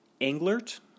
Englert